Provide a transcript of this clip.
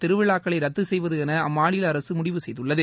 திருவிழாக்களை ரத்து செய்வதென அம்மாநில அரசு முடிவு செய்துள்ளது